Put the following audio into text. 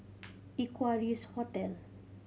Equarius Hotel